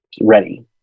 ready